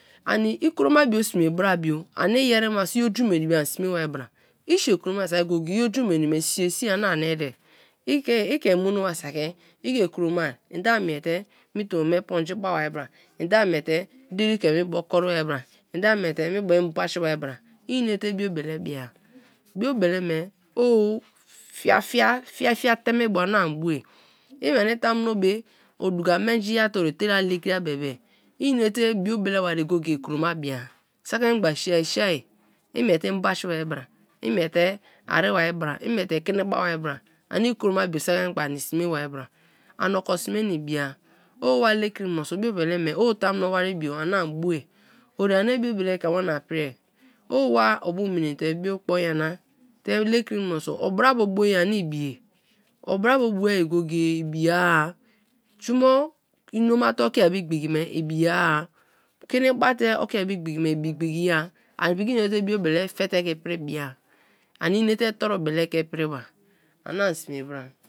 Ani i kroma bio sme bra bio ani i yeri ba so i oju meni bio ani sme ba bra. I sie kroma saki go-ego-o i oju meni me sie sie ani ereà. Ike ike mano bari saki ike kroma ende a miete me tombo me ponji ba bai bra, ende a mi ete diri ke meebo kori bai bra, inate birbele bia, biobele me o fiafia fiafia teme bu añu bau; i nweni tamuno be o dukamenja-a te ori etela lekria bebe inate biobele ma ye koye goye-e kroma biya; saki mengba sie sie i miete kini ba babara ani i kroma bio saki mengba ani sme ba-a bra. Ani oko sme na ibia, o wa lekri mèni biobele me o tamuno wari bio anii boari; ori ani biobele ke wana prie. O wa obu minini te biokpo nyana te lekri mini se obara bo bo ye ani ibiye obara bo boari go go ye ibiye-a jumo inoma te ikia bu igbiki me ibiye-a, kini bate ikia be igbiki me ibi igbiki ya ani piki inate biobele fe te ke i piri bi ya; ani inate toru bele ke i pri ba.